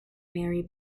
mary